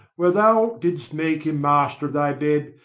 when thou didst make him master of thy bed,